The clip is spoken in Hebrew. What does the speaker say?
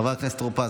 חבר הכנסת טור פז,